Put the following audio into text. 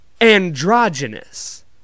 androgynous